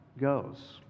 goes